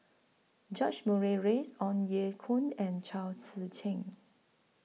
George Murray Reith Ong Ye Kung and Chao Tzee Cheng